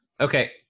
Okay